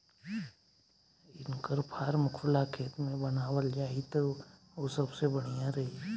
इनकर फार्म खुला खेत में बनावल जाई त उ सबसे बढ़िया रही